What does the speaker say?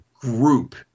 group